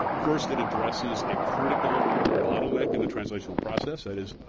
first, it addresses a critical bottleneck in the translational process. that is,